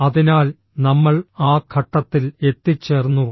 അതിനാൽ നമ്മൾ ആ ഘട്ടത്തിൽ എത്തിച്ചേർന്നു